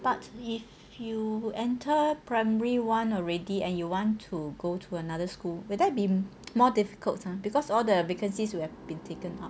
but if you enter primary one already and you want to go to another school will that be more difficult ah because all the vacancies will have been taken